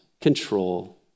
control